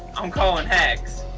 i'm calling hacks.